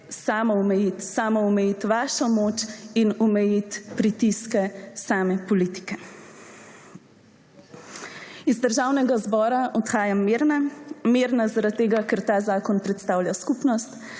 samoomejiti, samoomejiti vašo moč in omejiti pritiske same politike. Iz Državnega zbora odhajam mirna, mirna zaradi tega, ker ta zakon predstavlja skupnost,